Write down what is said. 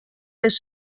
les